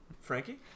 Frankie